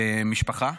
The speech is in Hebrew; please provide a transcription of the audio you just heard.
ומשפחה?